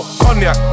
cognac